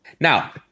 Now